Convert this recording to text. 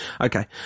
Okay